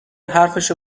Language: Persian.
حرفشو